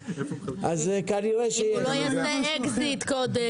אז כנראה ש --- אם הוא לא יעשה אקזיט קודם.